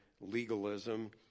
legalism